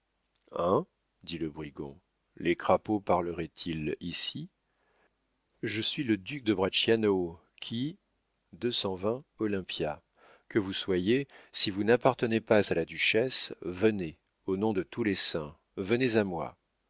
dit le brigand les crapauds parleraient ils ici je suis le duc de bracciano qui olympe que vous soyez si vous n'appartenez pas à la duchesse venez au nom de tous les saints venez à moi